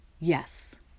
Yes